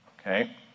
Okay